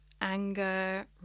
anger